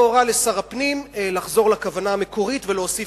והורה לשר הפנים לחזור לכוונה המקורית ולהוסיף